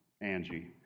Angie